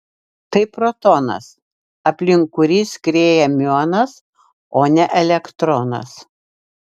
tai protonas aplink kurį skrieja miuonas o ne elektronas